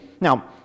Now